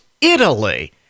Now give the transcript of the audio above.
Italy